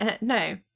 no